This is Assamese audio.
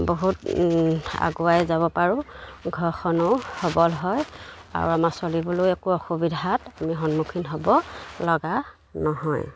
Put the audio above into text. বহুত আগুৱাই যাব পাৰোঁ ঘৰখনো সবল হয় আৰু আমাৰ চলিবলৈও একো অসুবিধাত আমি সন্মুখীন হ'ব লগা নহয়